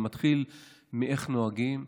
זה מתחיל מאיך נוהגים,